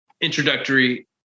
introductory